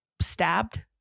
stabbed